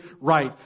right